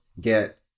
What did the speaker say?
get